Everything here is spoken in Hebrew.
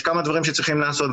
יש כמה דברים שצריכים לעשות,